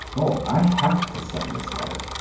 oh, i have to send this letter.